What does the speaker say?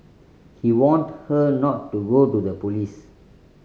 he warned her not to go to the police